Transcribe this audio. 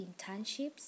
internships